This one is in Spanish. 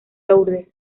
lourdes